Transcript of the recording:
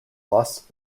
lost